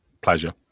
pleasure